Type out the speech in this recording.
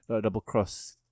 double-cross